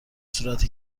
صورت